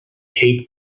cape